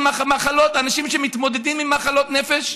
ואנשים שמתמודדים עם מחלות נפש,